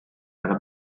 nella